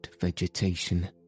vegetation